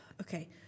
Okay